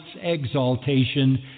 exaltation